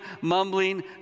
mumbling